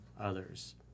others